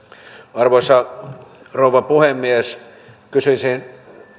arvoisa rouva puhemies kysyisin